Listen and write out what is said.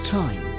time